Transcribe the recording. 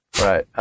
Right